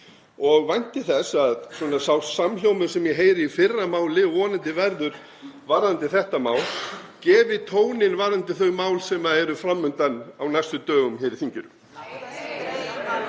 og vænti þess að sá samhljómur sem ég heyri í fyrramálið og verður vonandi varðandi þetta mál gefi tóninn varðandi þau mál sem eru fram undan á næstu dögum hér í þinginu.